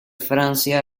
francia